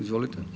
Izvolite.